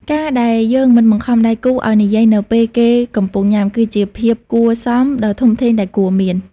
ការដែលយើងមិនបង្ខំដៃគូឱ្យនិយាយនៅពេលគេកំពុងញ៉ាំ គឺជាភាពគួរសមដ៏ធំធេងដែលគួរមាន។